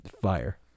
Fire